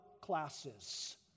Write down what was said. classes